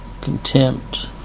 Contempt